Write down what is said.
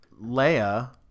Leia